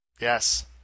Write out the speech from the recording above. Yes